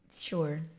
sure